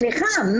סליחה,